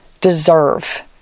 deserve